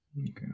Okay